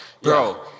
bro